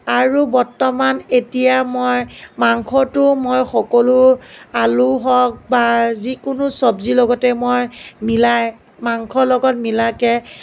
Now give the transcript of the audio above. আৰু বৰ্তমান এতিয়া মই মাংসটো মই সকলো আলু হওঁক বা যিকোনো চব্জি লগতে মই মিলাই মাংস লগত মিলাকৈ